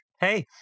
Hey